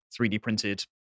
3D-printed